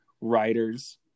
writers